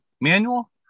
manual